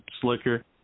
slicker